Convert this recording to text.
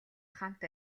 хамт